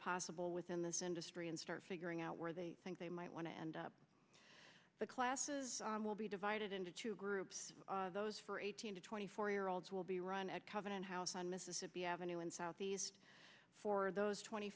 possible within this industry and start figuring out where they think they might want to end up the classes will be divided into two groups those for eighteen to twenty four year olds will be run at covenant house on mississippi avenue in south east for those twenty